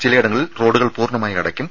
ചിലയിടങ്ങളിൽ റോഡുകൾ പൂർണ്ണമായി അടക്കും